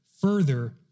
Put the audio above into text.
further